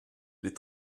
les